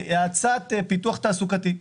משרד הפנים לצורך האצת פיתוח תעסוקתי.